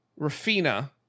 Rafina